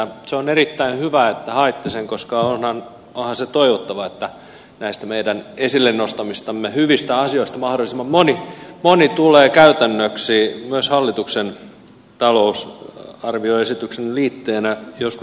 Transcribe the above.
se on erittäin hyvä että haitte sen koska onhan se toivottavaa että näistä meidän esille nostamistamme hyvistä asioista mahdollisimman moni tulee käytännöksi myös hallituksen talousarvioesityksen liitteenä joskus myöhemmin